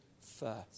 first